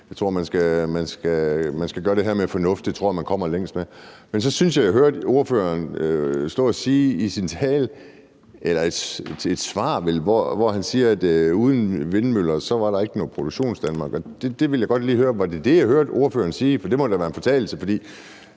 Jeg tror, man skal gøre det her med fornuft. Det tror jeg man kommer længst med. Men så synes jeg, jeg hørte ministeren stå og sige i sin tale eller i et svar, var det vel, at uden vindmøller var der ikke noget Produktionsdanmark. Der vil jeg godt lige høre: Var det det, jeg hørte ministeren sige? Det må da være en fortalelse,